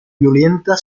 violenta